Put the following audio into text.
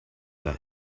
that